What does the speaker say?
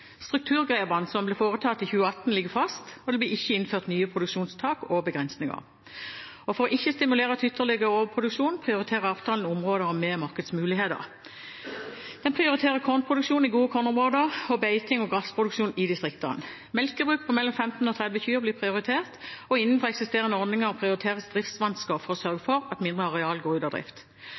Strukturgrepene som ble foretatt i 2014, ligger fast, og det blir ikke innført nye produksjonstak og begrensninger. For ikke å stimulere til ytterligere overproduksjon prioriterer avtalen områder med markedsmuligheter. Den prioriterer kornproduksjon i gode kornområder og beiting og grasproduksjon i distriktene. Melkebruk på mellom 15 og 30 kyr blir prioritert, og innenfor eksisterende ordninger prioriteres driftsvansker for å sørge for at mindre areal går ut av drift.